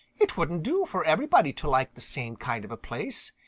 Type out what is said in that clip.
it wouldn't do for everybody to like the same kind of a place.